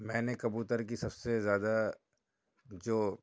میں نے کبوتر کی سب سے زیادہ جو